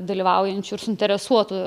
dalyvaujančių ir suinteresuotų